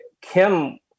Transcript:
Kim